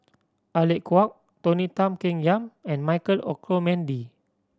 Alec Kuok Tony Tan Keng Yam and Michael Olcomendy